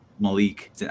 Malik